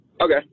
Okay